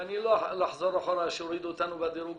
ואני לא אחזור אחורה שהורידו אותנו בדירוג